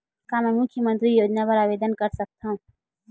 का मैं मुख्यमंतरी योजना बर आवेदन कर सकथव?